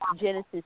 Genesis